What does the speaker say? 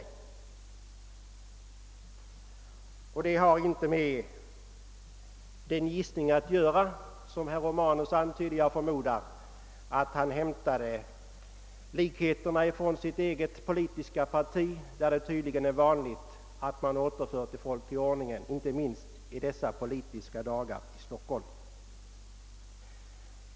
Den gissning om orsaken härtill som herr Romanus gjorde har ingenting med verkligheten att göra. Jag förmodar att han bygger på erfarenheter från sitt eget politiska parti där det tydligen är vanligt att man återför folk till ordningen, inte minst i dessa dagars politiska Stockholm.